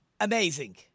Amazing